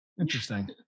Interesting